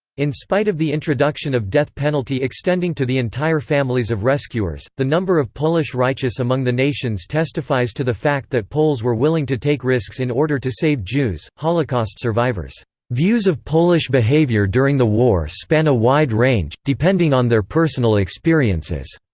in spite of the introduction of death penalty extending to the entire families of rescuers, the number of polish righteous among the nations testifies to the fact that poles were willing to take risks in order to save jews holocaust survivors' views of polish behavior during the war span a wide range, depending on their personal experiences.